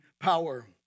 power